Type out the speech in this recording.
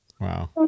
Wow